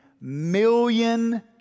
million